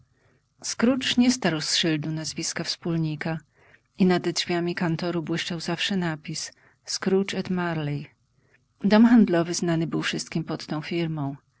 z szyldu nazwiska wpólnikawspólnika i nade drzwiami kantoru błyszczał zawsze napis scrooge et marley dom handlowy znany był wszystkim pod tą firmą